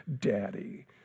daddy